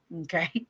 Okay